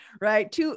right